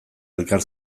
elkar